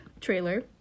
trailer